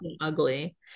ugly